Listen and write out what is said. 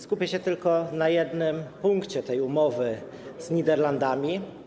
Skupię się tylko na jednym punkcie tej umowy z Niderlandami.